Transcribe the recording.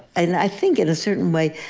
and i think, in a certain way,